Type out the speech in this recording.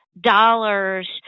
dollars